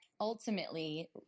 ultimately